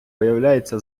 виявляється